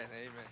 Amen